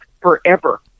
forever